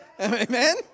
Amen